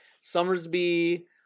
Summersby